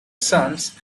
sons